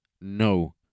No